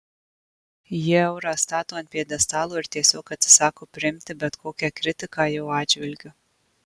jie eurą stato ant pjedestalo ir tiesiog atsisako priimti bet kokią kritiką jo atžvilgiu